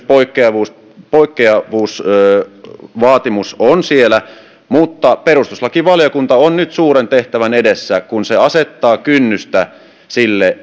poikkeavuusvaatimus poikkeavuusvaatimus on siellä mutta perustuslakivaliokunta on nyt suuren tehtävän edessä kun se asettaa kynnystä sille